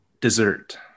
Dessert